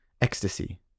ecstasy